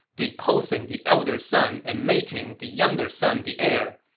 deposing the elder son and making the younger son the heir.